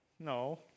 No